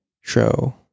show